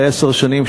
לעשר שנים,